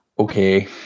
Okay